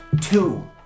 two